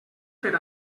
per